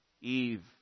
Eve